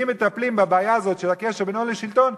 ואם מטפלים בבעיה הזאת של הקשר בין הון לשלטון,